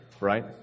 right